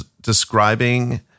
describing